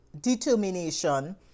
determination